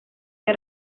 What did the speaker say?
que